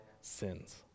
sins